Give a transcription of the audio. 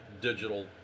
digital